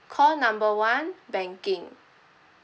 call number one banking